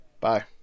Bye